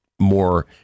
more